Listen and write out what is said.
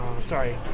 Sorry